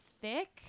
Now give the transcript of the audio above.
thick